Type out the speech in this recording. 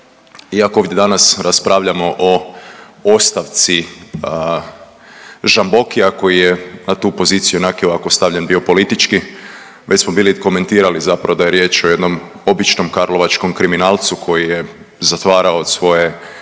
iako ovdje danas raspravljamo o ostavci Žambokija koji je na tu poziciju onak i ovak bio stavljen politički već smo bili komentirali zapravo da je riječ o jednom običnom karlovačkom kriminalcu koji je zatvarao svoje